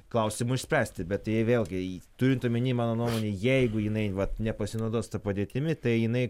klausimų išspręsti bet tai vėlgi turint omeny mano nuomone jeigu jinai vat nepasinaudos ta padėtimi tai jinai